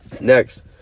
next